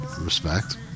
respect